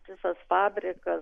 ištisas fabrikas